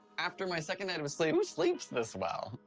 after my second night of sleep, who sleeps this well?